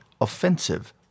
offensive